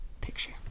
Picture